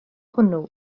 hwnnw